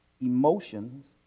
emotions